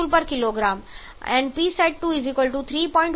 આપણે ફક્ત એન્થાલ્પીની જરૂર છે તેથી હું ફક્ત તે નોંધું છું hg2 2541